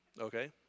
okay